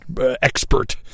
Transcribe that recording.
expert